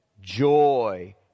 joy